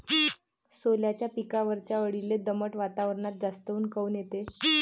सोल्याच्या पिकावरच्या अळीले दमट वातावरनात जास्त ऊत काऊन येते?